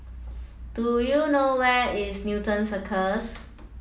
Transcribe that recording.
do you know where is Newton Cirus